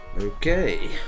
Okay